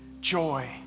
joy